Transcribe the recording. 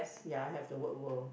ya have the word world